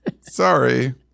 sorry